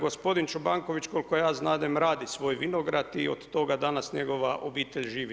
Gospodin Čobanković koliko ja znadem radi svoj vinograd i od toga danas njegova obitelj živi.